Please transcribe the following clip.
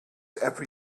every